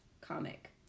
comic